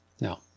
no